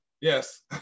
Yes